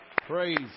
Praise